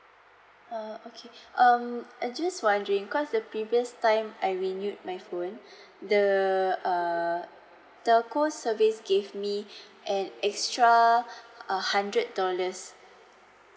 oh okay um I just wondering because the previous time I renewed my phone the uh telco service gave me an extra hundred dollars